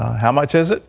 how much is it?